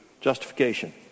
justification